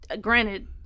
granted